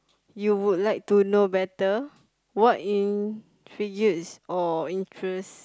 you would like to know better what intrigues or interest